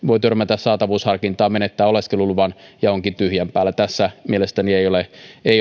törmätä saatavuusharkintaan ja menettää oleskeluluvan ja onkin tyhjän päällä tässä mielestäni ei ole